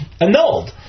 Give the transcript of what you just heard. annulled